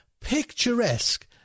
picturesque